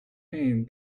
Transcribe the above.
pain